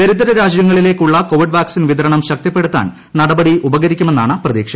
ദരിദ്ര രാജ്യങ്ങളിലേക്കു്ള്ള Covid vaccine വിതരണം ശക്തിപ്പെടുത്താൻ നടപടി ഉപകരിക്കുമെന്നാണ് പ്രതീക്ഷ